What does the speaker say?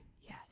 Yes